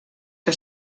que